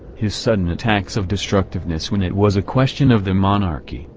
his sudden attacks of destructiveness when it was a question of the monarchy,